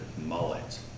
Mullet